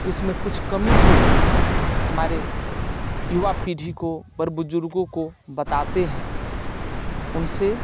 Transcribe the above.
उसमें कुछ कमी को हमारे युवा पीढ़ी को बड़े बुजुर्गों को बताते हैं उनसे